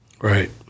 Right